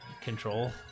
control